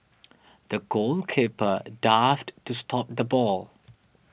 the goalkeeper dived to stop the ball